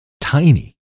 tiny